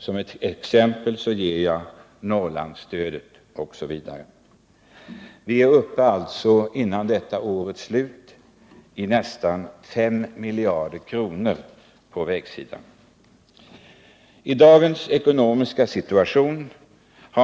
Som ett exempel kan jag nämna Norrlandsstödet. Vi är alltså före årets slut uppe i nästan 5 miljarder kronor på vägsidan.